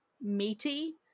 meaty